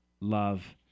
Love